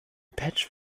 patch